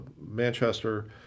Manchester